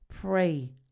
Pray